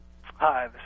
Hi